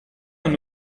man